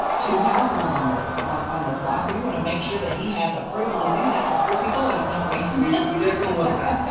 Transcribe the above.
two houses on this ah on this and we want to make sure that he has approval to do that before we close, don't we? we we definitely want that.